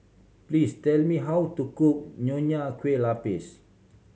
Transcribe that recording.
please tell me how to cook Nonya Kueh Lapis